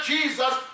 Jesus